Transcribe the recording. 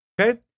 Okay